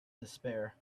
despair